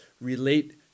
relate